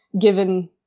given